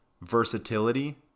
versatility